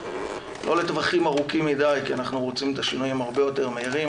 לא לטווחים ארוכים מדי כי אנחנו רוצים את השינויים הרבה יותר מהירים,